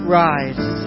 rise